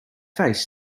face